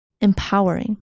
Empowering